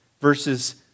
verses